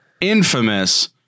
infamous